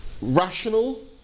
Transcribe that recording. rational